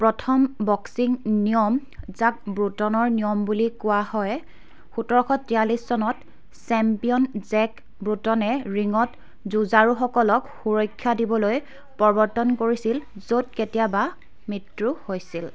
প্ৰথম বক্সিং নিয়ম যাক ব্ৰোটনৰ নিয়ম বুলি কোৱা হয় সোতৰশ তিয়াল্লিছ চনত চেম্পিয়ন জেক ব্ৰোটনে ৰিঙত যুঁজাৰুসকলক সুৰক্ষা দিবলৈ প্ৰৱৰ্তন কৰিছিল য'ত কেতিয়াবা মৃত্যু হৈছিল